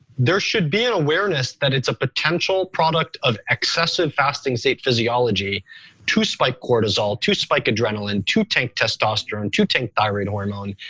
there should be an awareness that it's a potential product of excessive fasting-state physiology to spike cortisol, to spike adrenaline, to tank testosterone, to tank thyroid hormone,